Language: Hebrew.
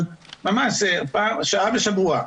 אבל זה שעה בשבוע.